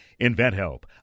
InventHelp